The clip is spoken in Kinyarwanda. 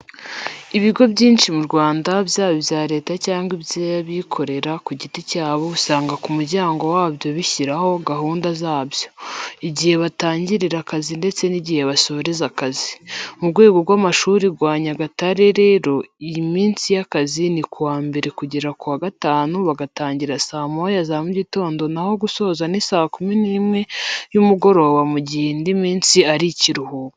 Ibigo byinshi mu Rwanda byaba ibya Leta cyangwa iby'abikorera ku giti cyabo usanga ku muryango wabyo bishyiraho gahunda zabyo, igihe batangirira akazi ndetse n'igihe basoreza akazi. Mu rwunge rw'amashuri rwa Nyagatare rero, iminsi y'akazi ni kuwa mbere kugera kuwa gatanu bagatangira saa moya za mugitondo naho gusoza ni saa kumi n'imwe y'umugoroba mu gihe indi minsi ari ikiruhuko.